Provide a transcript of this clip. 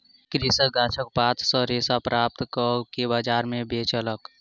कृषक गाछक पात सॅ रेशा प्राप्त कअ के बजार में बेचलक